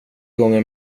gånger